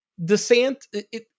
Desant